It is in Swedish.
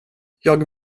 jag